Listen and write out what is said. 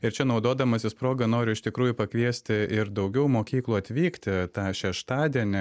ir čia naudodamasis proga noriu iš tikrųjų pakviesti ir daugiau mokyklų atvykti tą šeštadienį